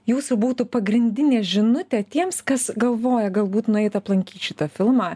jūsų būtų pagrindinė žinutė tiems kas galvoja galbūt nueit aplankyt šitą filmą